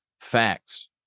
facts